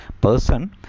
person